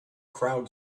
crowd